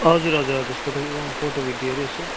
हजुर हजुर हजुर फोटो फोटो भिडियोहरू यसो